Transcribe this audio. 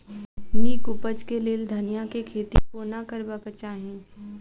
नीक उपज केँ लेल धनिया केँ खेती कोना करबाक चाहि?